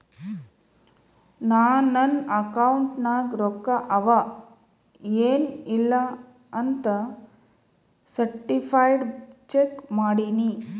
ನಾ ನನ್ ಅಕೌಂಟ್ ನಾಗ್ ರೊಕ್ಕಾ ಅವಾ ಎನ್ ಇಲ್ಲ ಅಂತ ಸರ್ಟಿಫೈಡ್ ಚೆಕ್ ಮಾಡಿನಿ